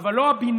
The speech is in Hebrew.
אבל לא הבינה,